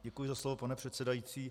Děkuji za slovo, pane předsedající.